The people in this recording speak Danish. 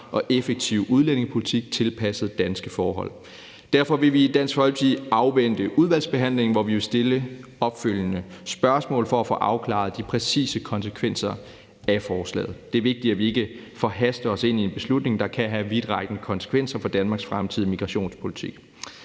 og effektiv udlændingepolitik tilpasset danske forhold. Derfor vil vi i Dansk Folkeparti afvente udvalgsbehandlingen, hvor vi vil stille opfølgende spørgsmål for at få afklaret de præcise konsekvenser af forslaget. Det er vigtigt, at vi ikke forhaster os ind i en beslutning, der kan have vidtrækkende konsekvenser for Danmarks fremtidige migrationspolitik.